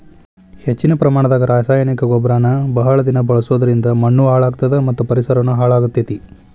ಹೆಚ್ಚಿನ ಪ್ರಮಾಣದಾಗ ರಾಸಾಯನಿಕ ಗೊಬ್ಬರನ ಬಹಳ ದಿನ ಬಳಸೋದರಿಂದ ಮಣ್ಣೂ ಹಾಳ್ ಆಗ್ತದ ಮತ್ತ ಪರಿಸರನು ಹಾಳ್ ಆಗ್ತೇತಿ